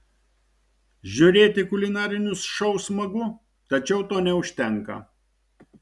žiūrėti kulinarinius šou smagu tačiau to neužtenka